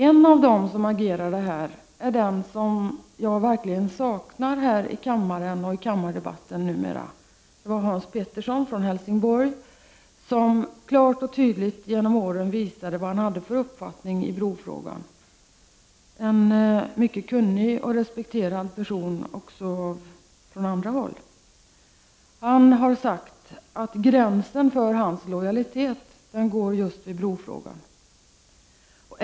En av dem som då agerade och som jag verkligen saknar här i kammaren och i kammardebatten numera var Hans Pettersson från Helsingborg, som klart och tydligt genom åren visade vad han hade för uppfattning i brofrågan. Han är en mycket kunnig och också från andra håll respekterad person. Han har sagt att gränsen för hans lojalitet går just vid brofrågan.